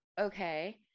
okay